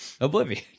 oblivion